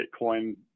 Bitcoin